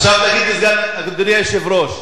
עכשיו תגיד לי, אדוני סגן היושב-ראש,